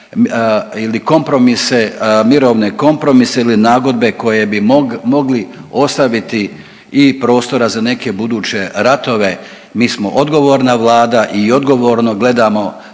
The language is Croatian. ili kompromise, mirovne kompromise ili nagodbe koje bi mogli ostaviti i prostora za neke buduće ratove. Mi smo odgovorna vlada i odgovorno gledamo